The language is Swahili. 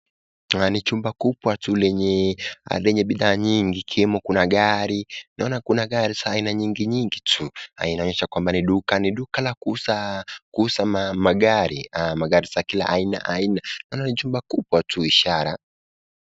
Ni jumba kubwa tu lenye bidhaa nyingi, ikiwemo kuna gari, naona kuna gari za aina nyingi nyingi tu na inaonyesha kuwa ni duka. Ni duka la kuuza magari na magari za kila aina aina naona ni jumba kubwa tu ishara.